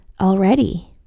already